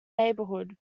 neighborhood